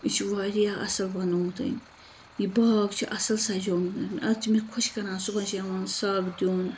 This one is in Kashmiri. یہِ چھُ واریاہ اصل بَنومُت أمۍ یہِ باغ چھُ اصل سَجومُت أمۍ اَتھ چھُ مےٚ خۄش کَران صُبحَن شامَن سَگ دِیُن